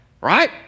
right